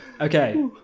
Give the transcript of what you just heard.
Okay